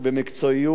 מבחינתי,